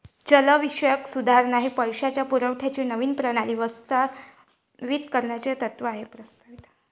चलनविषयक सुधारणा हे पैशाच्या पुरवठ्याची नवीन प्रणाली प्रस्तावित करण्याचे तत्त्व आहे